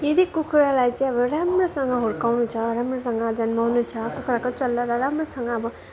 यदि कुखुरालाई चाहिँ अब राम्रोसँग हुर्काउनु छ राम्रोसँग जन्माउनु छ कुखुराको चल्ला र राम्रोसँग अब